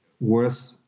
worth